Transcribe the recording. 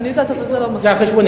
אני יודעת, אבל זה לא, זה על חשבוני.